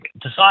decide